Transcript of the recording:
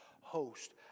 host